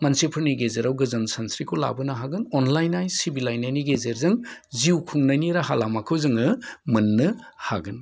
मानसिफोरनि गेजेराव गोजोन सानस्रिखौ लाबोनो हागोन अनलायनाय सिबिलायनायनि गेजेरजों जिउ खुंनायनि राहा लामाखौ जोङो मोननो हागोन